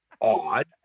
Odd